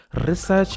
research